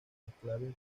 enclaves